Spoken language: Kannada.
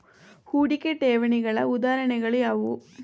ಹೂಡಿಕೆ ಠೇವಣಿಗಳ ಉದಾಹರಣೆಗಳು ಯಾವುವು?